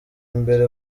mbere